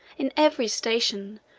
in every station,